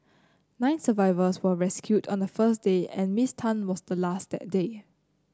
nine survivors were rescued on the first day and Miss Tan was the last that day